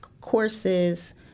courses